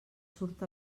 surt